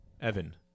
Evan